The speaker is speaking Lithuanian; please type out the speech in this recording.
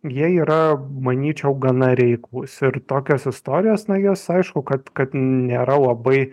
jie yra manyčiau gana reiklūs ir tokios istorijos na jos aišku kad kad nėra labai